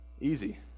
Easy